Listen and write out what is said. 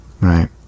Right